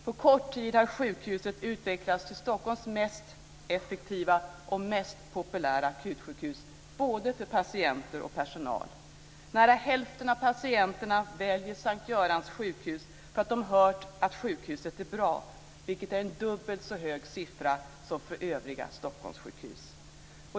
På kort tid har sjukhuset utvecklats till Stockholms mest effektiva och mest populära akutsjukhus, både för patienter och för personal. Nära hälften av patienterna väljer S:t Görans sjukhus för att de hört att sjukhuset är bra, vilket är en dubbelt så hög siffra som för övriga Stockholmssjukhus.